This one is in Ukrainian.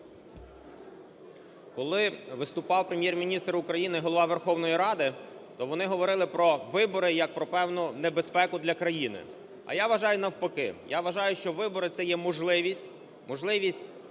Коли виступав Прем'єр-міністр України і Голова Верховної Ради, то вони говорили про вибори як про певну небезпеку для країни. А я вважаю, навпаки. Я вважаю, що вибори – це є можливість, можливість